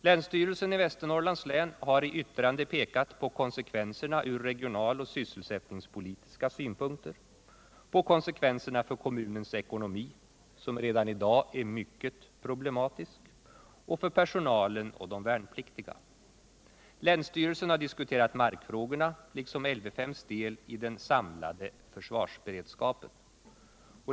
Länsstyrelsen i Västernorrlands län har i yttrande pekat på konsekvenserna från regionalpolitiska och sysselsättningspolitiska synpunkter och på konsekvenserna för kommunens ekonomi, som redan i dag är mycket problematisk, och för personalen och de värnpliktiga. Länsstyrelsen har diskuterat markfrågorna liksom Lv §5:s del i den samlade försvarsberedskapen.